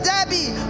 Debbie